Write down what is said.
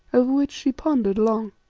over which she pondered long.